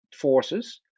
forces